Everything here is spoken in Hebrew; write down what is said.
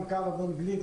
גליק,